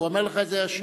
הוא אומר לך ישר.